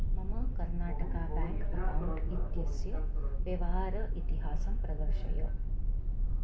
मम Karnataka bank account इत्यस्य व्यवहार इतिहासं प्रदर्शय